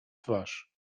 twarz